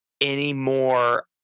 anymore